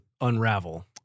unravel